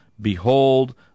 Behold